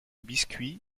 biscuit